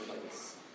place